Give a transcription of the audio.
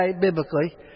biblically